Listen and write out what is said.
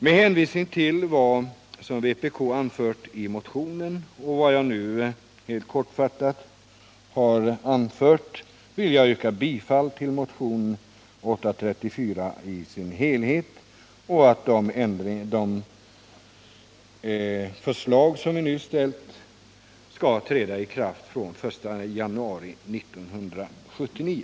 Med hänvisning till vad vpk anfört i motionen och vad jag nu helt kortfattat har redogjort för ber jag att få yrka dels bifall till motionen 834 i dess helhet, dels att de förslag som vi nu framställt skall träda i kraft den 1 januari 1979.